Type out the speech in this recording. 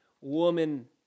woman